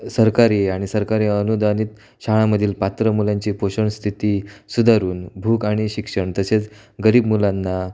सरकारी आणि सरकारी अनुदानित शाळांमधील पात्र मुलांची पोषण स्थिती सुधारून भूक आणि शिक्षण तसेच गरीब मुलांना